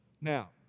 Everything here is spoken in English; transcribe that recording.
Now